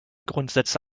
grundsätze